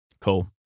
Cool